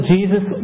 Jesus